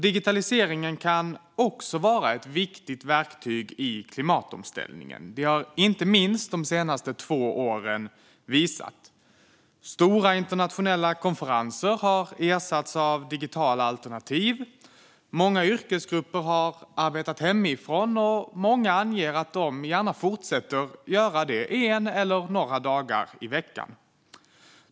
Digitaliseringen kan också vara ett viktigt verktyg i klimatomställningen; det har inte minst de senaste två åren visat. Stora internationella konferenser har ersatts av digitala alternativ, och många yrkesgrupper har arbetat hemifrån. Många har också angett att de fortsätter att göra det en eller några dagar i veckan.